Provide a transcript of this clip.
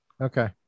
Okay